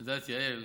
את יודעת, יעל,